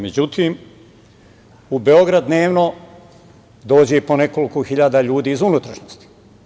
Međutim, u Beograd dnevno dođe i po nekoliko hiljada ljudi iz unutrašnjosti.